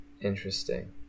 interesting